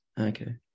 okay